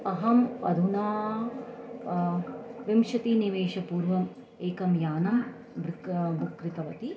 अहम् अधुना विंशतिनिमेषपूर्वम् एकं यानं बृक् बुक् कृतवती